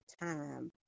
time